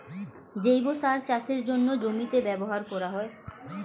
জৈব সার চাষের জন্যে জমিতে ব্যবহার করা হয়